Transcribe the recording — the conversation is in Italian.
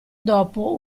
dopo